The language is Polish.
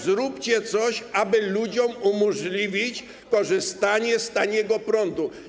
Zróbcie coś, aby ludziom umożliwić korzystanie z taniego prądu.